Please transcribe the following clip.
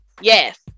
Yes